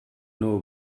know